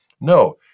No